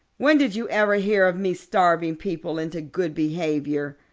when did you ever hear of me starving people into good behavior?